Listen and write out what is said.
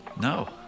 No